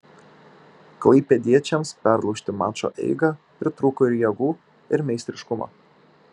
klaipėdiečiams perlaužti mačo eigą pritrūko ir jėgų ir meistriškumo